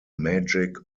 magic